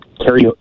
carry